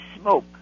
smoke